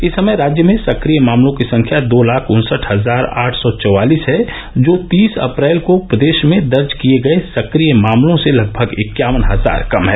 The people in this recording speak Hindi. इस समय राज्य में सक्रिय मामलों की संख्या दो लाख उन्सठ हजार आठ सौ चौवालीस है जो तीस अप्रैल को प्रदेश में दर्ज किये गये सक्रिय मामलों से लगभग इक्यावन हजार कम है